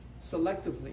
selectively